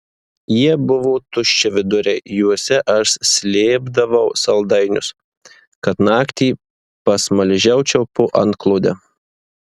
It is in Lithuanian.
jie buvo tuščiaviduriai juose aš slėpdavau saldainius kad naktį pasmaližiaučiau po antklode